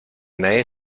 nadie